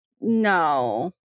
no